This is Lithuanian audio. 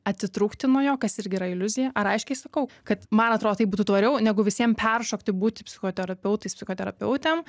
atitrūkti nuo jo kas irgi yra iliuzija ar aiškiai sakau kad man atrodo tai būtų tvariau negu visiem peršokti būti psichoterapeutais psichoterapeutėm